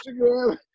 Instagram